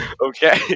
okay